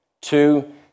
two